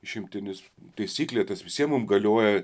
išimtinis taisyklė tas visiem mum galioja